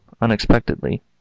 unexpectedly